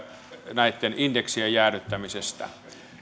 näitten indeksien jäädyttämisestä